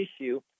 issue